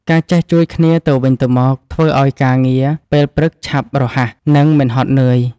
ការចេះជួយគ្នាទៅវិញទៅមកធ្វើឱ្យការងារពេលព្រឹកឆាប់រហ័ស និងមិនហត់នឿយ។